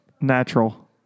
Natural